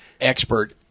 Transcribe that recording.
expert